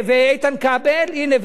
ואיתן כבל, הנה.